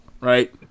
right